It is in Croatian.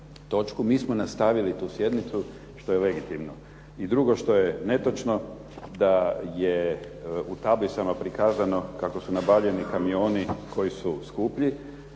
mi smo nastavili tu sjednicu što je legitimno. I drugo što je netočno da je u tablicama prikazano kako su nabavljeni kamioni koji su skuplji,